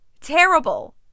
terrible